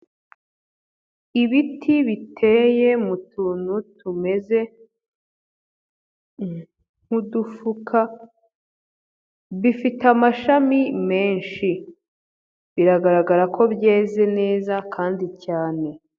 Ibiti biteye mu tuntu tumeze nk'udufuka bifite amashami menshi, biragaragara ko byeze neza kandi cyane.